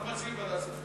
אנחנו מציעים ועדת כספים.